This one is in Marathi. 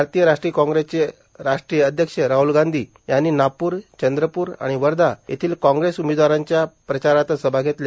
भारतीय राष्ट्रीय काँग्रेसचे राष्ट्रीय अध्यक्ष राहुल गांधी यांनी नागपूर चंद्रपूर आणि वर्धा येथील काँग्रेस उमेदवारांच्या प्रचारार्थ सभा घेतल्या